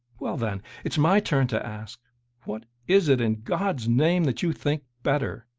well, then it's my turn to ask what is it, in god's name, that you think better?